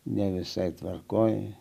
ne visai tvarkoje